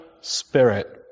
Spirit